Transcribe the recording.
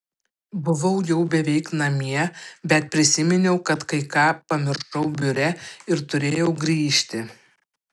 buvau jau beveik namie bet prisiminiau kad kai ką pamiršau biure ir turėjau grįžti